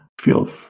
feels